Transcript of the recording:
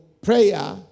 prayer